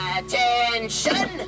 Attention